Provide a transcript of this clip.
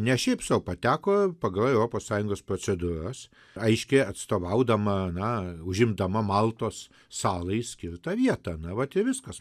ne šiaip sau pateko pagal europos sąjungos procedūras aiškiai atstovaudama na užimdama maltos salai skirtą vietą na vat i viskas